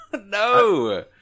No